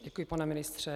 Děkuji, pane ministře.